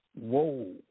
Whoa